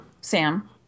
Sam